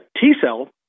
T-cell